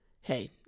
hey